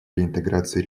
реинтеграции